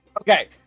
Okay